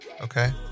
okay